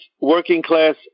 working-class